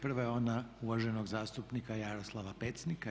Prva je ona uvaženog zastupnika Jaroslava Pecnika.